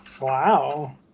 Wow